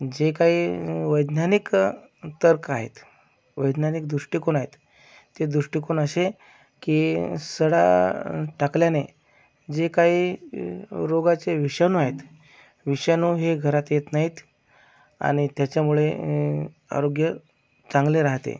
जे काही वैज्ञानिक तर्क आहेत वैज्ञानिक दृष्टिकोन आहेत ते दृष्टिकोन असे की सडा टाकल्याने जे काही रोगाचे विषाणू आहेत विषाणू हे घरात येत नाहीत आणि त्याच्यामुळे आरोग्य चांगले राहते